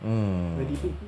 mm